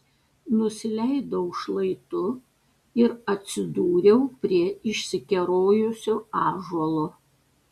nusileidau šlaitu ir atsidūriau prie išsikerojusio ąžuolo